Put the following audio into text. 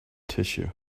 tissue